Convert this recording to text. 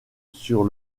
sur